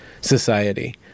society